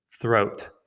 throat